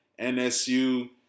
NSU